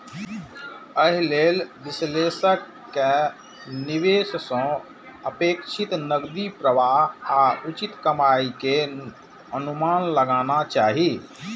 एहि लेल विश्लेषक कें निवेश सं अपेक्षित नकदी प्रवाह आ उचित कमाइ के अनुमान लगाना चाही